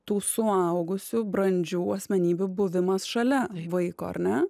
tų suaugusių brandžių asmenybių buvimas šalia vaiko ar ne